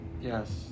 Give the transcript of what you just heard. yes